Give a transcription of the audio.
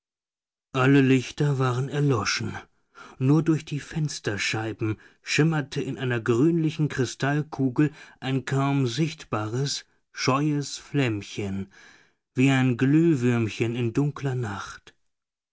alle lichter waren erloschen nur durch die fensterscheiben schimmerte in einer grünlichen kristallkugel ein kaum sichtbares scheues flämmchen wie ein glühwürmchen in dunkler nacht